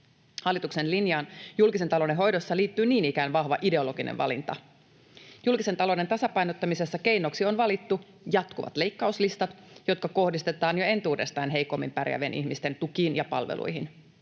Hallituksen linjaan julkisen talouden hoidossa liittyy niin ikään vahva ideologinen valinta. Julkisen talouden tasapainottamisessa keinoksi on valittu jatkuvat leikkauslistat, jotka kohdistetaan jo entuudestaan heikommin pärjäävien ihmisten tukiin ja palveluihin.